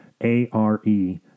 A-R-E